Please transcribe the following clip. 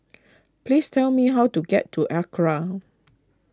please tell me how to get to Acra